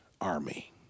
army